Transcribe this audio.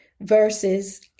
verses